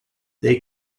they